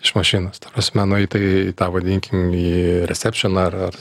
iš mašinos ta prasme na į tai į tą vadinkim į reserpšioną ar ar